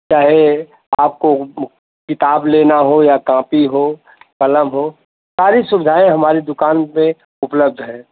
चाहे आपको किताबी लेना हो या काँपी हो कलम हो सारी सुविधाएँ हमारी दुकान पर उपलब्ध है